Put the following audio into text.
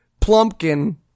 Plumpkin